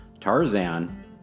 Tarzan